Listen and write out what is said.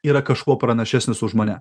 yra kažkuo pranašesnis už mane